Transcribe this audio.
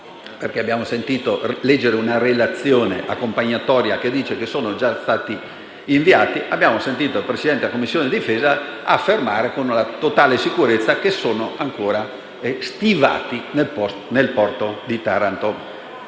Abbiamo sentito leggere una relazione accompagnatoria secondo la quale sono già stati inviati, ma abbiamo anche sentito il Presidente della Commissione difesa affermare con totale sicurezza che sono ancora stivati nel porto di Taranto.